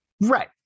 right